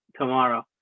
tomorrow